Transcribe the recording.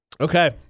Okay